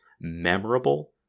memorable